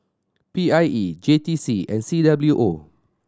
P I E J T C and C W O